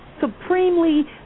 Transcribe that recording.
supremely